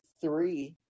three